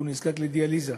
והוא נזקק לדיאליזה,